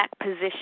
position